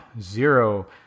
zero